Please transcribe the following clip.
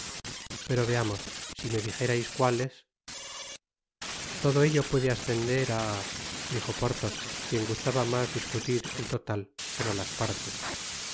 pero veamos si me dijerais cuales todo ello puede ascender á dijo porthos quien gustaba mas discutir el total que no las partes